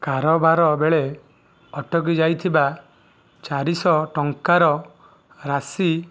କାରବାର ବେଳେ ଅଟକି ଯାଇଥିବା ଚାରିଶହ ଟଙ୍କାର ରାଶି